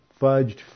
fudged